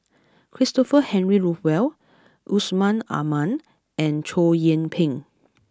Christopher Henry Rothwell Yusman Aman and Chow Yian Ping